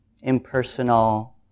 impersonal